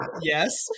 Yes